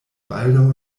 baldaŭ